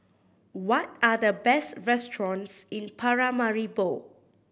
what are the best restaurants in Paramaribo